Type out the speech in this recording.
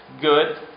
good